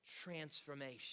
transformation